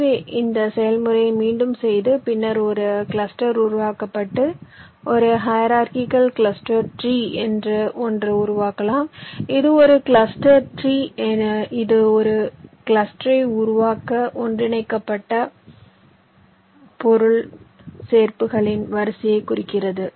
எனவே இந்த செயல்முறையை மீண்டும் செய்து பின்னர் ஒரு கிளஸ்டர் உருவாக்கப்பட்டு ஒரு ஹையர்ஆர்கிகள் கிளஸ்டர் ட்ரீ என்று ஒன்று உருவாக்கலாம் இது ஒரு கிளஸ்டர் ட்ரீ இது ஒற்றை கிளஸ்டரை உருவாக்க ஒன்றிணைக்கப்பட்ட பொருள் சேர்ப்புகளின் வரிசையை குறிக்கிறது